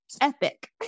epic